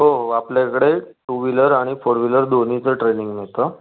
हो हो आपल्याकडे टू व्हिलर आणि फोर व्हिलर दोन्हीचं ट्रेनिंग मिळतं